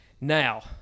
Now